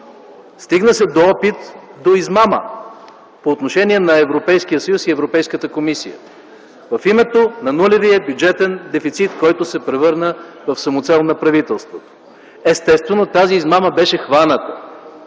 Стигна се до опит за измама по отношение на Европейския съюз и Европейската комисия – в името на нулевия бюджетен дефицит, който се превърна в самоцел на правителството. Естествено тази измама беше хваната